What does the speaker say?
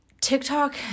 TikTok